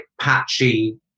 patchy